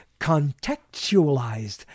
contextualized